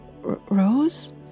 Rose